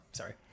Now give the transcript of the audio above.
sorry